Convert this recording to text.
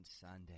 Sunday